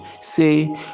Say